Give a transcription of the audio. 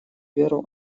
веру